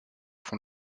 font